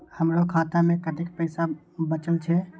हमरो खाता में कतेक पैसा बचल छे?